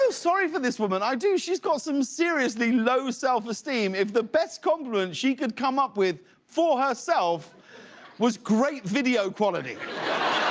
um sorry for this woman, she's got some seriously low self-esteem if the best compliment she could come up with for herself was great video quality.